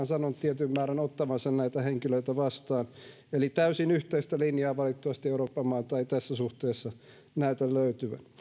sanonut tietyn määrän ottavansa näitä henkilöitä vastaan eli täysin yhteistä linjaa valitettavasti euroopan mailta ei tässä suhteessa näytä löytyvän